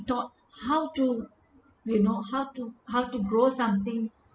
taught how to you know how to how to grow something